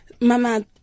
Mama